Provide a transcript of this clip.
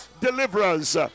deliverance